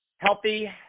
Healthy